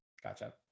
Gotcha